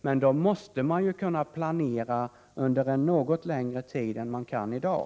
Men då måste man kunna planera under en något längre tid än vad man kan i dag.